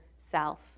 self